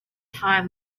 time